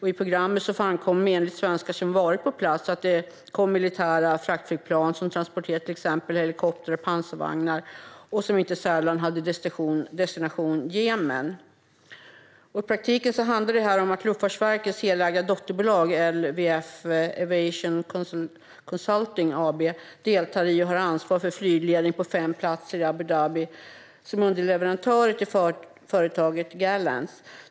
I programmet framkommer, enligt svenskar som varit på plats, att det kom militära fraktflygplan som transporterade till exempel helikoptrar och pansarvagnar och som inte sällan hade destination Jemen. I praktiken handlar detta om att Luftfartsverkets helägda dotterbolag LFV Aviation Consulting AB deltar i och har ansvar för flygledningen på fem platser i Abu Dhabi som underleverantör till företaget GAL ANS.